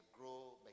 grow